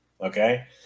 okay